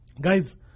Guys